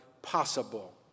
Possible –